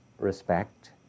respect